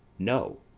no.